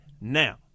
now